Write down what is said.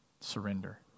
Surrender